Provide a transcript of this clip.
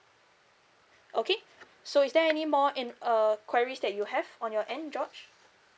okay so is there any more en~ uh queries that you have on your end george